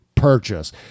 purchase